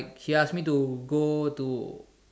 he ask me to go to